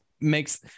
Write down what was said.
makes